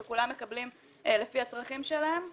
או כולם מקבלים לפי הצרכים שלהם?